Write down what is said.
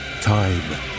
Time